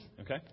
Okay